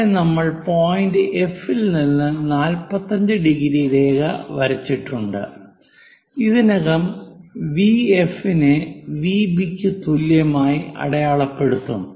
അവിടെ നമ്മൾ point F ൽ നിന്ന് 45° രേഖ വരച്ചിട്ടുണ്ട് ഇതിനകം വിഎഫ് നെ വിബിക്ക് തുല്യമായി അടയാളപ്പെടുത്തും